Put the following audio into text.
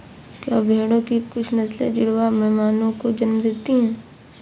क्या भेड़ों की कुछ नस्लें जुड़वा मेमनों को जन्म देती हैं?